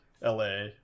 la